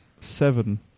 seven